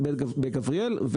בגבריאל,